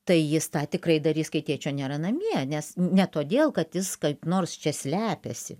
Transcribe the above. tai jis tą tikrai darys kai tėčio nėra namie nes ne todėl kad jis kaip nors čia slepiasi